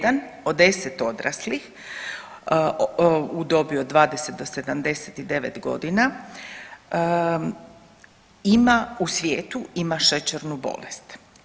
1 od 10 odraslih u dobi od 20 do 79 godina ima u svijetu ima šećernu bolest.